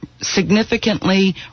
significantly